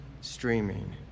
streaming